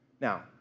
Now